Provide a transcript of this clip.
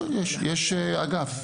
יש אגף.